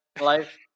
life